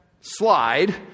slide